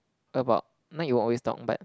about not you always talk but